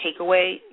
takeaway